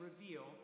reveal